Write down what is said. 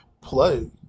play